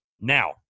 Now